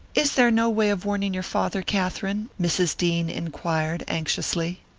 is there no way of warning your father, katherine? mrs. dean inquired, anxiously.